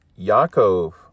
Yaakov